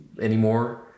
Anymore